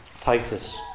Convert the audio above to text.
Titus